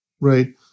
Right